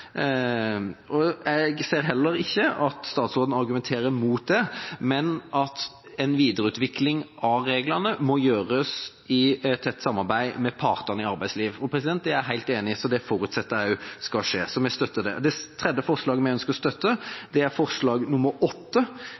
Jeg ser heller ikke at statsråden argumenterer mot det, men at en videreutvikling av reglene må gjøres i tett samarbeid med partene i arbeidslivet. Det er jeg helt enig i, det forutsetter jeg også skal skje, så vi støtter det. Det tredje forslaget vi ønsker å støtte, er forslag